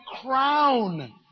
crown